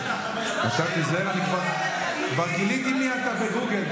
כבר גיליתי מי אתה בגוגל.